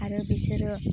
आरो बिसोरो